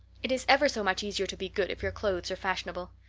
it is ever so much easier to be good if your clothes are fashionable.